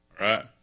right